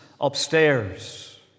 upstairs